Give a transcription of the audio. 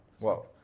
wow